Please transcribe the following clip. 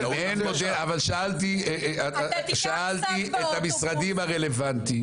אבל שאלתי את המשרדים הרלוונטיים.